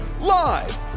Live